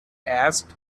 asked